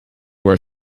were